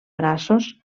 braços